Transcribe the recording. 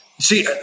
See